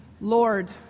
Lord